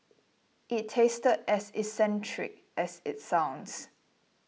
it tasted as eccentric as it sounds